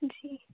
جی